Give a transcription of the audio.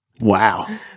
Wow